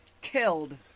Killed